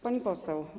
Pani Poseł!